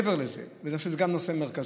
מעבר לזה, ואני חושב שזה גם נושא מרכזי,